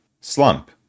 slump